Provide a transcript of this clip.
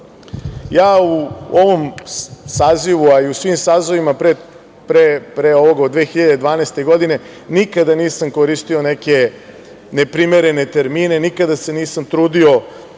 u ovom sazivu, a i u svim saziva pre ovog, od 2012. godine nikada nisam koristio neke neprimerene termine, nikada se nisam trudio